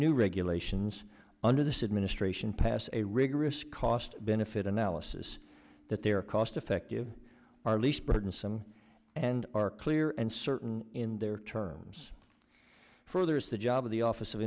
new regulations under this administration pass a rigorous cost benefit analysis that their cost effective are least burdensome and are clear and certain in their terms for there is the job of the office of